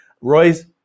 Roy's